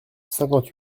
cinquante